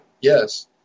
yes